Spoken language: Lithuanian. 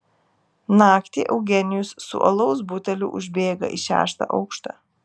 naktį eugenijus su alaus buteliu užbėga į šeštą aukštą